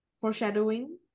foreshadowing